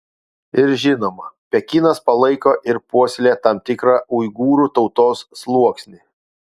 ir žinoma pekinas palaiko ir puoselėja tam tikrą uigūrų tautos sluoksnį